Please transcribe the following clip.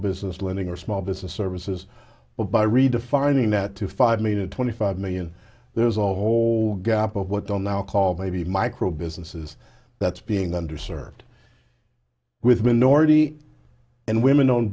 business lending or small business services but by redefining that to five minute twenty five million there's a whole gap of what they'll now call maybe micro businesses that's being under served with minority and women own